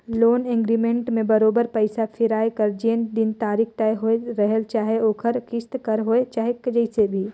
loan agreement में बरोबेर पइसा फिराए कर जेन दिन तारीख तय होए रहेल चाहे ओहर किस्त कर होए चाहे जइसे भी